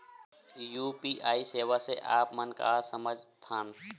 UPI सेवा से आप मन का समझ थान?